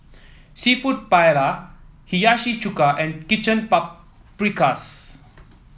seafood Paella Hiyashi Chuka and Chicken Paprikas